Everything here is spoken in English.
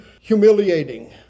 humiliating